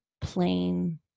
plain